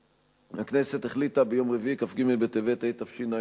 הכנסת החליטה ביום רביעי, כ"ג בטבת התשע"א,